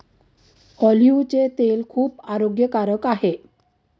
ऑलिव्हचे तेल खूप आरोग्यकारक आहे